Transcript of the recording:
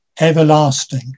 everlasting